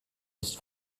ist